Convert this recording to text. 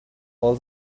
all